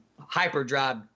hyperdrive